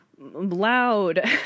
loud